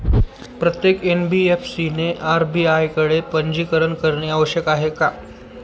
प्रत्येक एन.बी.एफ.सी ने आर.बी.आय कडे पंजीकरण करणे आवश्यक आहे का?